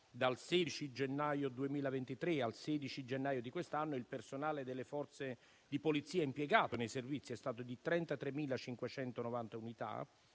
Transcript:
Dal 16 gennaio 2023 al 16 gennaio di quest'anno, il personale delle Forze di polizia impiegato nei servizi è stato di 33.590 unità,